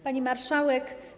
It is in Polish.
Pani Marszałek!